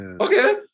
Okay